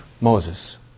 Moses